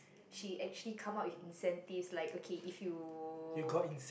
she actually come up with incentives like okay if you